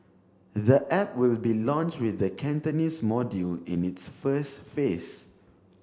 the app will be launch with the Cantonese module in its first phase